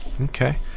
Okay